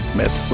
met